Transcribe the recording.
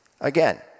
Again